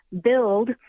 build